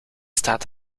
staat